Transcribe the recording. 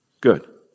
good